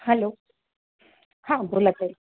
hello हां बोला ताई